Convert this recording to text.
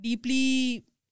deeply